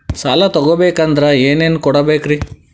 ಸಾಲ ತೊಗೋಬೇಕಂದ್ರ ಏನೇನ್ ಕೊಡಬೇಕ್ರಿ?